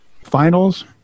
finals